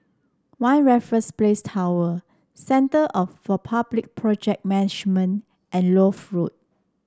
One Raffles Place Tower Centre for Public Project Management and Lloyd Road